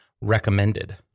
Recommended